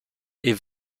est